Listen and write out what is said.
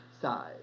side